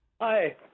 Hi